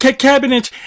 cabinet